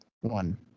one